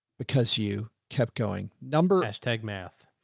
because you kept going numbers, tag math,